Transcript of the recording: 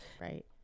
Right